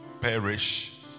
perish